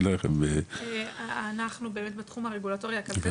אנחנו באמת בתחום הרגולטורי-הכלכלי.